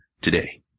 today